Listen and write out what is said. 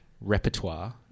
repertoire